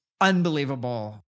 unbelievable